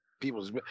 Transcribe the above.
people's